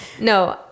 No